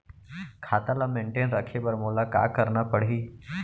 खाता ल मेनटेन रखे बर मोला का करना पड़ही?